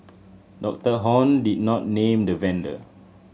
Doctor Hon did not name the vendor